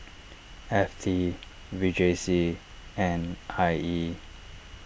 F T V J C and I E